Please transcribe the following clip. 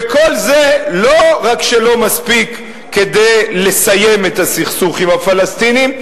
וכל זה לא רק שלא מספיק כדי לסיים את הסכסוך עם הפלסטינים,